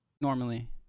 normally